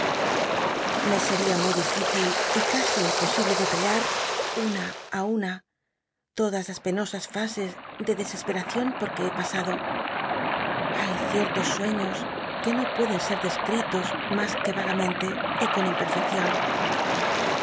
llc seria muy difícil y casi imposible detallar una ti una todas las penosas fases de desesperacion por que he pasado hay ciertos sueiíos que no pueden ser dcscritos mas que vagamente r con